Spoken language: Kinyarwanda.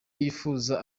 yifuza